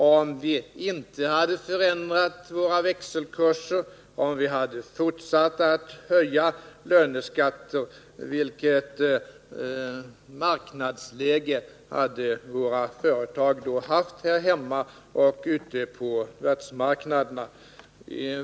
Vilket läge hade våra företag haft här hemma och ute på världsmarknaderna, om vi inte hade förändrat våra växelkurser och om vi hade fortsatt att höja löneskatterna?